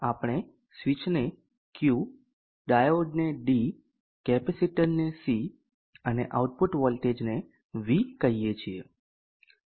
આપણે સ્વીચને Q ડાયોડને D કેપેસિટરને C અને આઉટપુટ વોલ્ટેજને V કહીએ છીએ